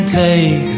take